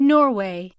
Norway